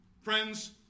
friends